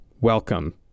welcome